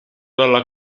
dalla